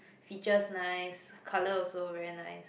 features nice her colour also very nice